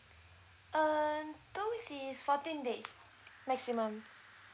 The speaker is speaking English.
uh two weeks is fourteen days maximum